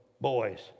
boys